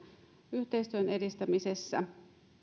yhteistyön edistämisessä